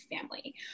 family